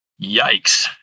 Yikes